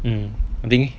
um I think